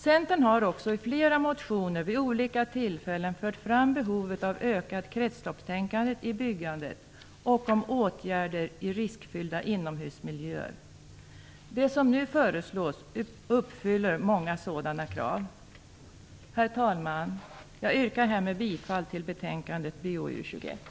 Centern har också i flera motioner vid olika tillfällen fört fram behovet av ökat kretsloppstänkande i byggandet och om åtgärder i riskfyllda inomhusmiljöer. Det som nu föreslås uppfyller många sådana krav. Herr talman! Jag yrkar härmed bifall till utskottets hemställan i betänkande BoU21.